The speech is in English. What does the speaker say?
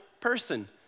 person